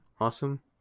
awesome